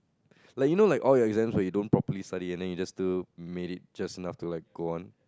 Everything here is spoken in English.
like you know like all your exam you don't properly study and then you just to make it just enough to like go on